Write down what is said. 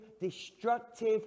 destructive